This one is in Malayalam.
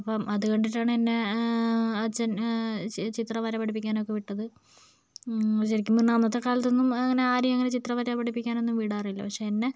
അപ്പം അത് കണ്ടിട്ടാണ് എന്നെ അച്ഛൻ ചിത്ര വര പഠിപ്പിക്കാൻ ഒക്കെ വിട്ടത് ശരിക്കും പറഞ്ഞാൽ അന്നത്തെ കാലത്ത് ഒന്നും ഇങ്ങനെ ആരെയും ഒന്നും ചിത്രകല പഠിപ്പിക്കാൻ ഒന്നും വിടാറില്ല പക്ഷേ എന്നെ